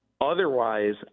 Otherwise